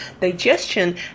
digestion